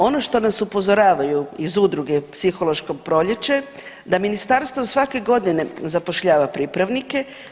Ono što nas upozoravaju iz Udruge Psihološko proljeće da ministarstvo svake godine zapošljava pripravnike.